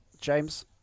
James